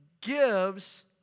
gives